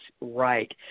right